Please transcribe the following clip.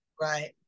Right